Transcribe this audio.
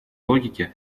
логике